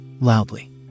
loudly